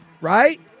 right